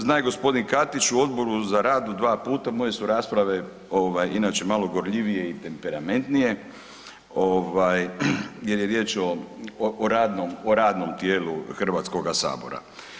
Zna i gospodin Katić u Odboru za rad u dva puta moje su rasprave ovaj inače malo gorljivije i temperamentnije jer je riječ o radnom tijelu Hrvatskoga sabora.